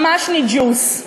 ממש ניג'וס.